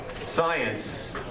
science